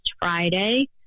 Friday